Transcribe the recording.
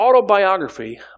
autobiography